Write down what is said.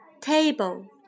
table